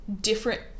different